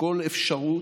כל אפשרות,